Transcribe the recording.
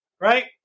right